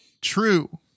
true